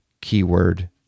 keyword